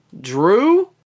Drew